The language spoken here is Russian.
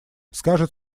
скажет